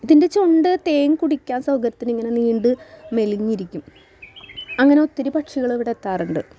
ഇതിൻ്റെ ചുണ്ട് തേൻ കുടിക്കാൻ സൗകര്യത്തിനിങ്ങനെ നീണ്ട് മെലിഞ്ഞിരിക്കും അങ്ങനൊത്തിരി പക്ഷികളിവിടെത്താറുണ്ട്